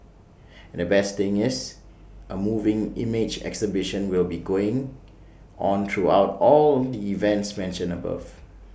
and the best thing is A moving image exhibition will be going on throughout all the events mentioned above